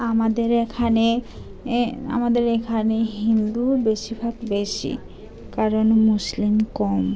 আমাদের এখানে এ আমাদের এখানে হিন্দু বেশিরভাগ বেশি কারণ মুসলিম কম